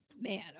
Man